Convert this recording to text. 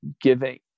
giving